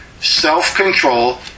self-control